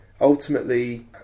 ultimately